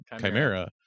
Chimera